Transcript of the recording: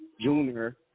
Junior